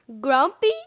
Grumpy